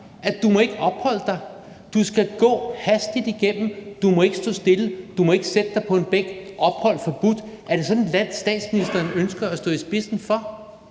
at du ikke må opholde dig der, men skal gå hastigt igennem; du må ikke stå stille, du må ikke sætte dig på en bænk, her er ophold forbudt? Er det sådan et land, statsministeren ønsker at stå i spidsen for?